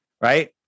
right